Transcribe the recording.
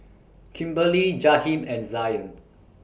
Kimberly Jaheem and Zion